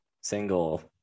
single